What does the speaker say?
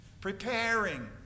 preparing